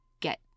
get